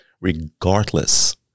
regardless